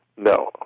No